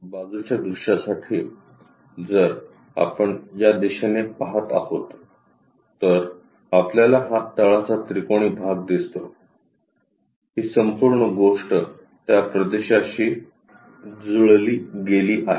बाजूच्या दृश्यासाठी जर आपण या दिशेने पहात आहोत तर आपल्याला हा तळाचा त्रिकोणी भाग दिसतो ही संपूर्ण गोष्ट त्या प्रदेशाशी जुळली गेली आहे